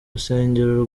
rusengero